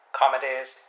comedies